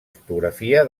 fotografia